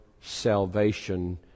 salvation